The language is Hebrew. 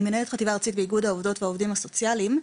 אני מנהלת חטיבה ארצית באיגוד העובדות והעובדים הסוציאליים.